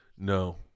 No